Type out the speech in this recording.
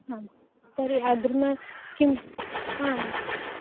आं तर्हि अग्रिमे किम् आम्